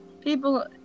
people